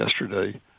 yesterday